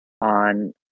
on